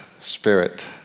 spirit